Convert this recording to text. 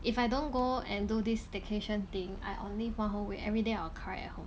if I don't go and do this staycation thing I on leave one whole week everyday I will cry at home